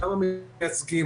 אותם המייצגים,